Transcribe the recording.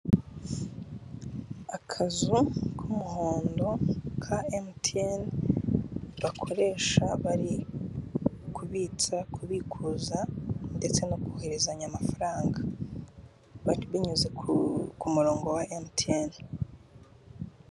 Akazu k'umuhondo ka emutiyene bakoresha bari kubitsa, kubikuza ndetse no koherezanya amafaranga binyuze ku murongo wa emutiyene.